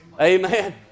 Amen